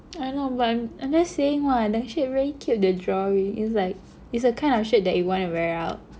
I know but I'm I'm just saying lah the shirt very cute the drawing is like is a kind of shirt that you wanna wear out